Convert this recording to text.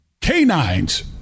canines